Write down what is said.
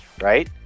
right